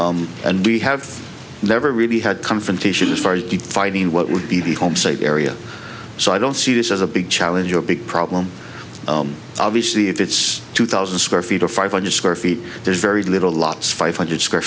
and we have never really had confrontation as far as the fighting what would be the home state area so i don't see this as a big challenge or a big problem obviously if it's two thousand square feet or five hundred square feet there's very little lots five hundred square